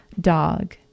Dog